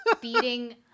beating